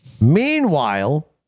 Meanwhile